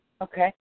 Okay